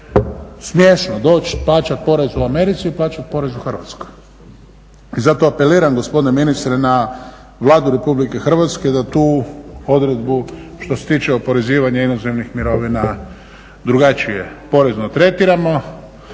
smiješno doći plaćati porez u Americi i plaćati porez u Hrvatskoj. I zato apeliram gospodine ministre na Vladu RH da tu odredbu što se tiče oporezivanja inozemnih mirovina drugačije porezno tretiramo